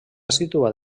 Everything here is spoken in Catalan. situat